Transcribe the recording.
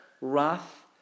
wrath